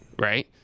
Right